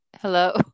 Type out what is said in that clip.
Hello